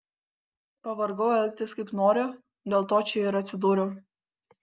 pavargau elgtis kaip noriu dėl to čia ir atsidūriau